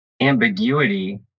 ambiguity